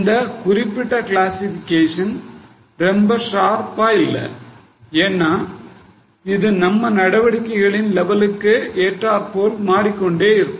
இந்த குறிப்பிட்ட கிளாசிஃபிகேஷன் ரொம்ப ஷார்ப்பா இல்லை ஏன்னா இது நம்ம நடவடிக்கைகளின் லெவலுக்கு ஏற்றாற்போல் மாறிக்கொண்டே இருக்கும்